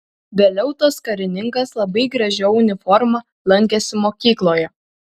vėliau tas karininkas labai gražia uniforma lankėsi mokykloje